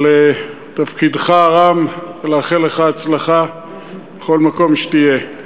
על תפקידך הרם, ולאחל לך הצלחה בכל מקום שתהיה.